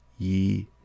Ye